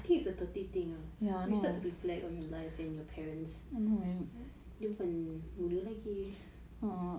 I think it's a thirty thing ah you start to reflect on your life and your parents dia bukan muda lagi